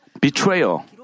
betrayal